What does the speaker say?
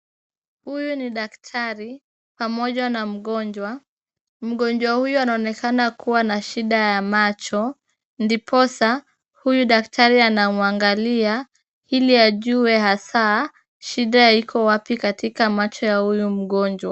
Huyu ni daktari pamoja na mgonjwa. Mgonjwa huyu anaonekana kuwa na shida ya macho ndiposa huyu daktari anamwangalia ili ajue hasa shida iko wapi katika macho ya huyu mgonjwa.